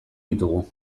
ditugu